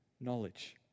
knowledge